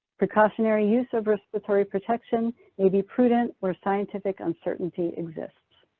precautionary use of respiratory protection may be prudent where scientific uncertainty exists.